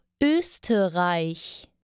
Österreich